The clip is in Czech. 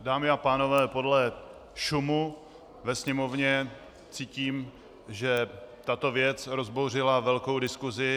Dámy a pánové, podle šumu ve sněmovně cítím, že tato věc rozbouřila velkou diskusi.